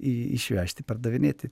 į išvežti pardavinėti